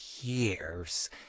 years